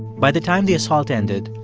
by the time the assault ended,